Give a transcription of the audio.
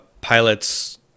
Pilots